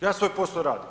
Ja svoj posao radim.